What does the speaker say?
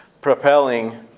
propelling